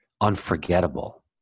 unforgettable